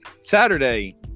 Saturday